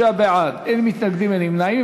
36 בעד, אין מתנגדים ואין נמנעים.